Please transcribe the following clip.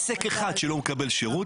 עסק אחד שלא מקבל שירות